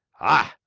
ah,